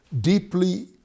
deeply